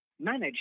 manage